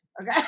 okay